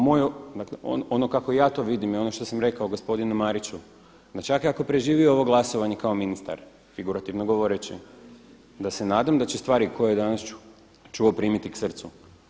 Moje, dakle ono kako ja to vidim i ono što sam rekao gospodinu Mariću, da čak i ako preživi ovo glasovanje kao ministar, figurativno govoreći da se nadam da će stvari koje je danas čuo primiti k srcu.